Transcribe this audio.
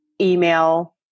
email